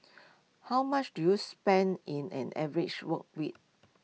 how much do you spend in an average work week